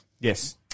Yes